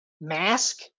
mask